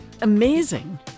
Amazing